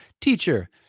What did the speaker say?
Teacher